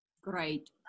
great